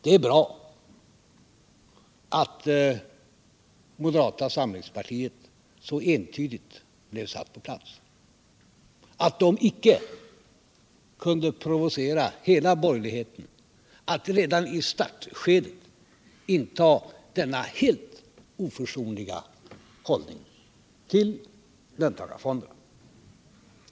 Det är bra att moderata samlingspartiet så entydigt blev satt på plats — att moderaterna icke kunde provocera hela borgerligheten att redan i startskedet inta denna helt oförsonliga hållning till löntagarfonderna.